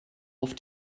auf